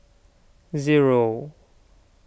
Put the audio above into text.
zero